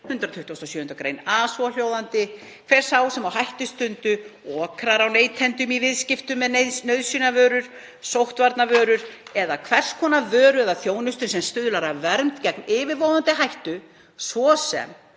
127. gr. a, svohljóðandi: Hver sá sem á hættustundu okrar á neytendum í viðskiptum með nauðsynjavörur, sóttvarnavörur eða hvers konar vöru eða þjónustu sem stuðlar að vernd gegn yfirvofandi hættu, svo sem